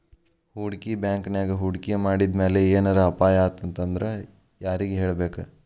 ಹೂಡ್ಕಿ ಬ್ಯಾಂಕಿನ್ಯಾಗ್ ಹೂಡ್ಕಿ ಮಾಡಿದ್ಮ್ಯಾಲೆ ಏನರ ಅಪಾಯಾತಂದ್ರ ಯಾರಿಗ್ ಹೇಳ್ಬೇಕ್?